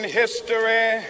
history